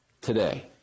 today